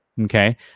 okay